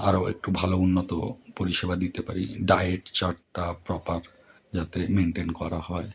আরও একটু ভালো উন্নত পরিষেবা দিতে পারি ডায়েট চার্টটা প্রপার যাতে মেনটেন করা হয়